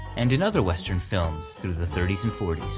and in other western films through the thirty s and forty s.